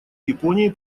японии